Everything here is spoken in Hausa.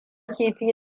kifi